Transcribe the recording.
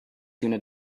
unit